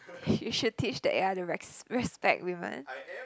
you should teach the a_i to re~ respect women